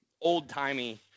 old-timey